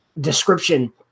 description